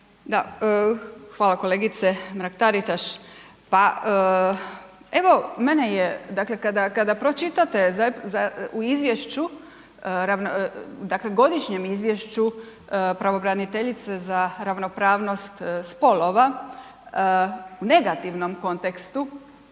kada, kada pročitate u izvješću, dakle godišnjem izvješću pravobraniteljice za ravnopravnost spolova, u negativnom kontekstu